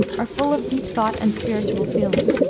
are full of deep thought and spiritual feeling.